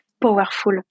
powerful